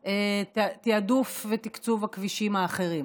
תיעדוף ותקצוב של הכבישים האחרים.